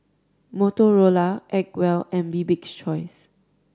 Motorola Acwell and Bibik's Choice